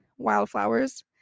Wildflowers